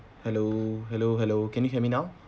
hello hello hello can you hear me now